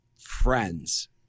friends